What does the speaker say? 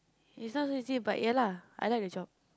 it's not so easy but ya lah I like the job